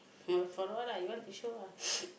for a while lah you want it to show lah